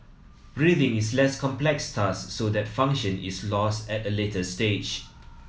breathing is less complex task so that function is lost at a later stage